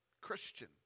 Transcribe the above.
Christian